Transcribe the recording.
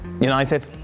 United